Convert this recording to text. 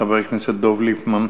חבר הכנסת דב ליפמן.